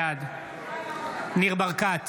בעד ניר ברקת,